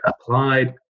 applied